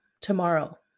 tomorrow